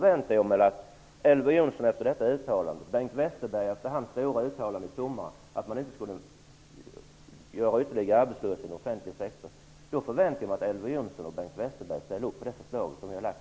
Westerbergs stora uttalande i somras om att man inte skulle öka arbetslösheten inom den offentliga sektorn förväntar jag mig att Elver Jonsson och Bengt Westerberg ställer upp på det förslag som vi har lagt.